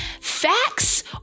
facts